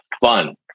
fun